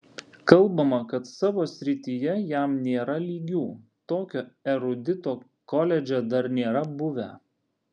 kalbama kad savo srityje jam nėra lygių tokio erudito koledže dar nėra buvę